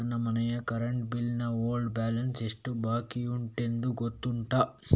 ನನ್ನ ಮನೆಯ current bill ನ ಓಲ್ಡ್ ಬ್ಯಾಲೆನ್ಸ್ ಎಷ್ಟು ಬಾಕಿಯುಂಟೆಂದು ಗೊತ್ತುಂಟ?